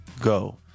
go